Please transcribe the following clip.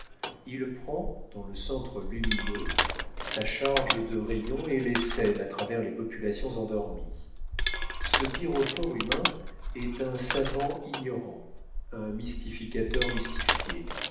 il prend dans le centre lumineux sa charge de rayons et les sème à travers les populations endormies ce pyrophore humain est un savant ignorant un mystificateur mystifié